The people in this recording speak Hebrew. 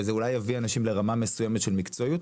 וזה אולי יביא אנשים לרמה מסוימת של מקצועיות,